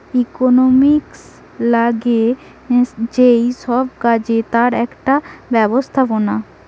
economics লাগে যেই সব কাজে তার একটা ব্যবস্থাপনা